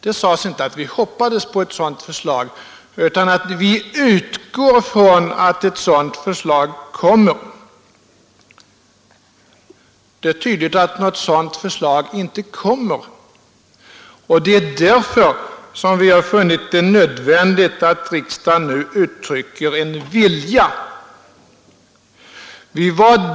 Det sades inte att vi hoppades på ett sådant förslag utan att vi utgick från att ett sådant förslag skulle komma. Det är nu tydligt att något sådant förslag inte kommer, och det är därför som vi har funnit det nödvändigt att riksdagen nu uttrycker en bestämd vilja.